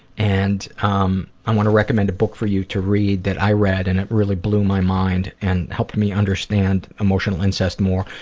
and um i'm going to recommend a book for you to read that i read, and it really blew my mind in and helping me understand emotional incest more.